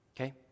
okay